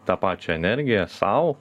tą pačią energiją sau